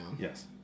yes